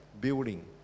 building